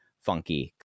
funky